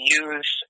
use